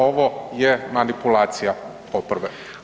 Ovo je manipulacija oporbe.